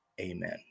Amen